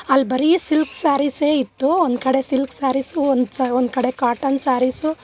ಅಲ್ಲಿ ಬರೀ ಸಿಲ್ಕ್ ಸಾರೀಸೇ ಇತ್ತು ಒಂದುಕಡೆ ಸಿಲ್ಕ್ ಸಾರೀಸು ಒನ್ ಒಂದುಕಡೆ ಕಾಟನ್ ಸಾರೀಸು